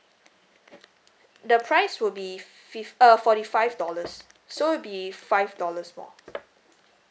the price will be fifth uh forty five dollars so it'll be five dollars more